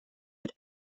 mit